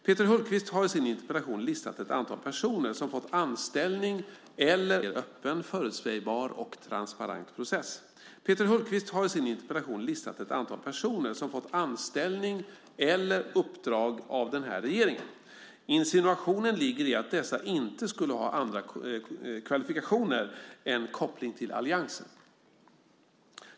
Peter Hultqvist har i sin interpellation listat ett antal personer som fått anställning eller uppdrag av den här regeringen. Insinuationen ligger i att dessa inte skulle ha andra kvalifikationer än koppling till alliansen.